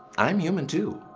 i'm human too,